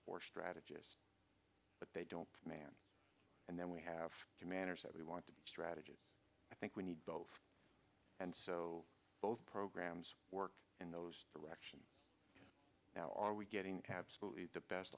for strategies but they don't man and then we have commanders that we want to strategies i think we need both and so both programs work in those directions now are we getting absolutely the best